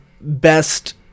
best